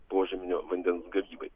požeminio vandens gavybai